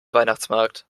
weihnachtsmarkt